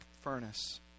furnace